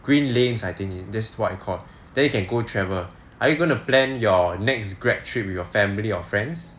green lanes I think this is what it's called then you can go travel are you going to plan your next grad trip with your family or friends